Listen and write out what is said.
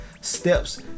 steps